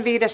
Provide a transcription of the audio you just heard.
asia